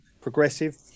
progressive